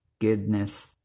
goodness